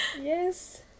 Yes